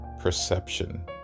Perception